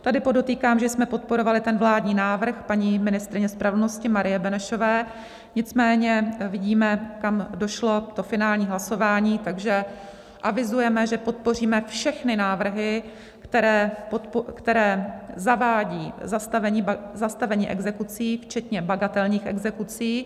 Tady podotýkám, že jsme podporovali vládní návrh paní ministryně spravedlnosti Marie Benešové, nicméně vidíme, kam došlo to finální hlasování, takže avizujeme, že podpoříme všechny návrhy, které zavádí zastavení exekucí včetně bagatelních exekucí.